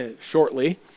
shortly